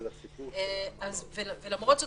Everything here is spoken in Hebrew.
למרות זאת,